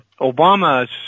Obama's